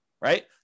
right